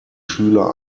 schüler